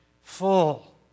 full